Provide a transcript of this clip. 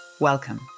Welcome